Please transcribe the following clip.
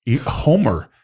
Homer